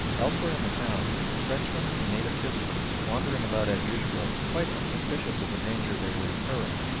elsewhere in the town frenchmen and native christians, wandering about as usual, quite unsuspicious of the danger they were incurring,